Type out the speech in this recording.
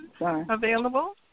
available